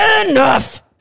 enough